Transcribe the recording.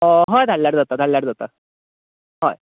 हय धाडल्यार जाता धाडल्यार जाता हय